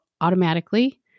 automatically